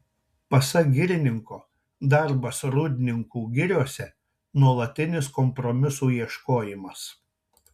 pasak girininko darbas rūdninkų giriose nuolatinis kompromisų ieškojimas